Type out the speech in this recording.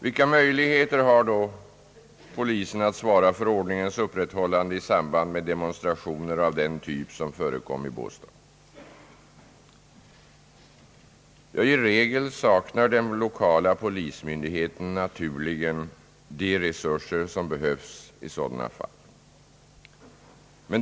Vilka möjligheter har då polisen att svara för ordningens upprätthållande i samband med demonstrationer av den typ som förekom i Båstad? Härom får jag anföra följande. I regel saknar den lokala polismyndigheten naturligen de resurser som behövs i sådana fall.